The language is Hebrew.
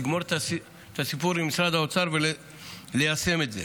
לגמור את הסיפור עם משרד האוצר וליישם את זה.